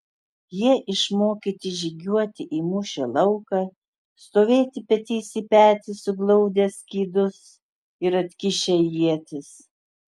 jie išmokyti žygiuoti į mūšio lauką stovėti petys į petį suglaudę skydus ir atkišę ietis